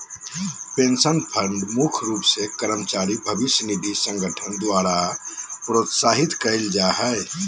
pension fund मुख्य रूप से कर्मचारी भविष्य निधि संगठन द्वारा प्रोत्साहित करल जा हय